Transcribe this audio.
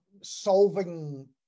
solving